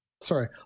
Sorry